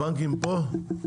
הבנקים פה?